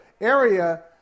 area